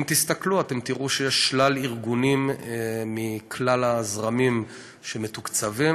אם תסתכלו אתם תראו שיש שלל ארגונים מכלל הזרמים שמתוקצבים,